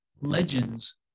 legends